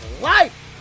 life